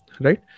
Right